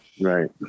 Right